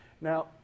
Now